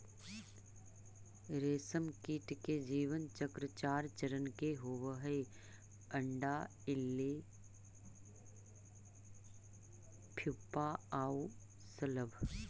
रेशमकीट के जीवन चक्र चार चरण के होवऽ हइ, अण्डा, इल्ली, प्यूपा आउ शलभ